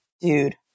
dude